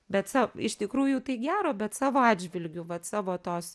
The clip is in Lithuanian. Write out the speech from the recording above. bet sau iš tikrųjų tai gero bet savo atžvilgiu vat savo tos